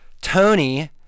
tony